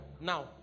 Now